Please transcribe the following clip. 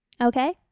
Okay